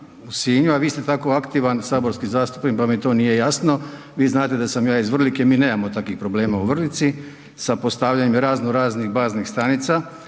u Sinju, a vi ste tako aktivan saborski zastupnik, pa mi to nije jasno, vi znate da sam ja iz Vrlike, mi nemamo takvih problema u Vrlici sa postavljanjem razno raznih baznih stanica,